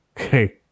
okay